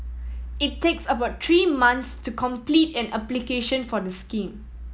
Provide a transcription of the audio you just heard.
it takes about three months to complete an application for the scheme